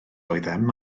oeddem